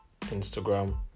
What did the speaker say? Instagram